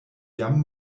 jam